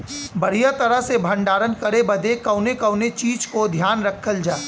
बढ़ियां तरह से भण्डारण करे बदे कवने कवने चीज़ को ध्यान रखल जा?